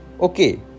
okay